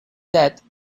death